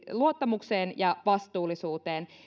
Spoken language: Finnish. luottamukseen ja vastuullisuuteen